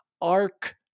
Arc